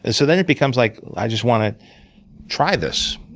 and so then it becomes like i just want to try this.